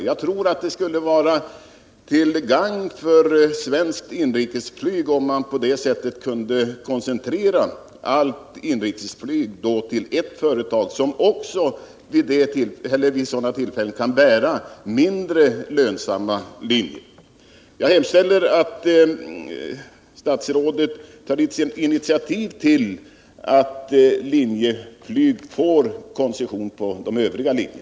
Jag tror att det skulle vara till gagn för svenskt inrikesflyg om man på det sättet kunde koncentrera allt inrikesflyg till ett företag, som också vid tillfälle kan bära kostnaderna för mindre lönsamma linjer.